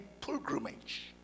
pilgrimage